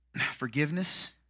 Forgiveness